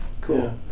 Cool